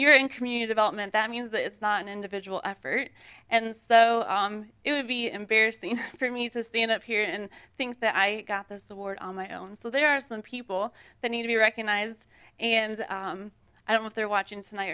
you're in community development that means that it's not an individual effort and so it would be embarrassing for me to stand up here and think that i got this award on my own so there are some people that need to be recognized and i don't know if they're watching tonight